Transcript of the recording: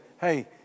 hey